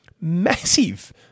Massive